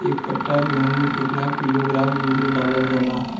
एक कट्टा गोहूँ में केतना किलोग्राम यूरिया डालल जाला?